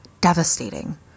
devastating